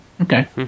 Okay